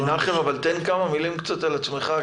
מנחם, תגיד כמה מילים על עצמך.